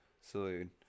Salute